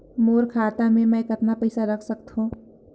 मोर खाता मे मै कतना पइसा रख सख्तो?